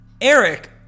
Eric